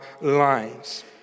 lives